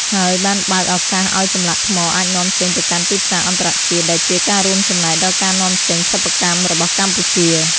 ហើយបានបើកឱកាសឲ្យចម្លាក់ថ្មអាចនាំចេញទៅកាន់ទីផ្សារអន្តរជាតិ ដែលជាការរួមចំណែកដល់ការនាំចេញសិប្បកម្មរបស់កម្ពុជា។